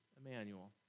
Emmanuel